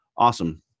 Awesome